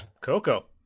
Coco